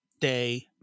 day